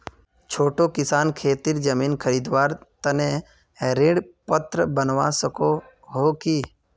छोटो किसान खेतीर जमीन खरीदवार तने ऋण पात्र बनवा सको हो कि?